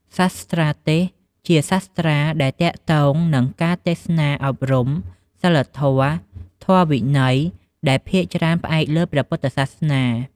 សាស្ត្រាទេសន៍ ជាសាស្ត្រាដែលទាក់ទងនឹងការទេសនាអប់រំ សីលធម៌ ឬធម្មវិន័យ ដែលភាគច្រើនផ្អែកលើព្រះពុទ្ធសាសនា។